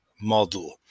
model